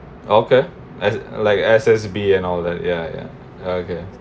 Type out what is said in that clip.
okay as like S_S_B and all that ya ya okay